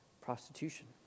prostitution